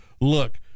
look